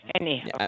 Anyhow